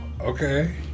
Okay